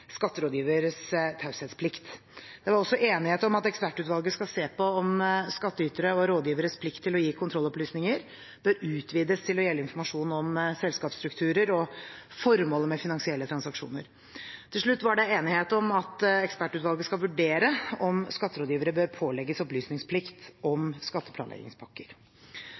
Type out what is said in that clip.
skatterådgivers taushetsplikt. Det var også enighet om at ekspertutvalget skal se på om skattytere og rådgiveres plikt til å gi kontrollopplysninger bør utvides til å gjelde informasjon om selskapsstrukturer og formålet med finansielle transaksjoner. Til slutt var det enighet om at ekspertutvalget skal vurdere om skatterådgivere bør pålegges opplysningsplikt om skatteplanleggingspakker.